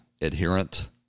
adherent